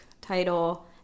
title